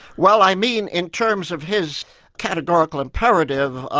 well i mean in terms of his categorical imperative,